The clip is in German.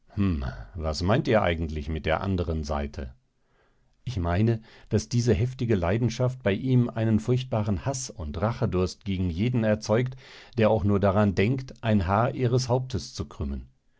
was meint ihr eigentlich mit der anderen seite ich meine daß diese heftige leidenschaft bei ihm einen furchtbaren haß und rachedurst gegen jeden erzeugt der auch nur daran denkt ein haar ihres hauptes zu krümmen